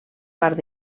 part